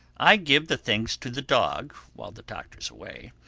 i give the things to the dog, while the doctor's away,